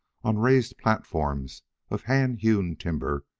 on raised platforms of hand-hewn timber,